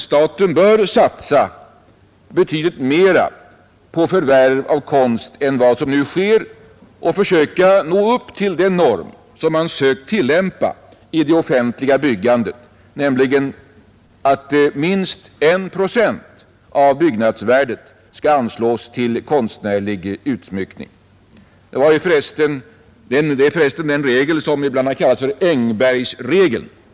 Staten bör satsa betydligt mer på förvärv av konst än vad som nu sker och försöka nå upp till den norm som man försökt tillämpa i det offentliga byggandet, nämligen att minst 1 procent av byggnadsvärdet skall anslås till konstnärlig utsmyckning. Det är för resten den regeln som ibland har kallats för Engbergsregeln.